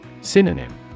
Synonym